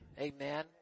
Amen